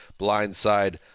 blindside